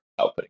outputting